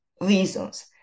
reasons